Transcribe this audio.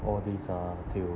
all these ah till